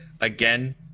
again